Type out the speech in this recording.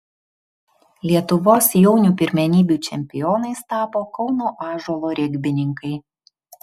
lietuvos jaunių pirmenybių čempionais tapo kauno ąžuolo regbininkai